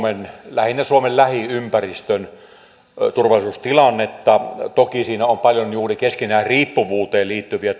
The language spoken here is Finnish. lähinnä suomen lähiympäristön turvallisuustilannetta toki siinä on paljon juuri keskinäiseen riippuvuuteen liittyviä